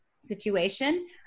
situation